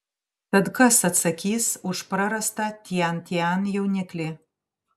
tad kas atsakys už prarastą tian tian jauniklį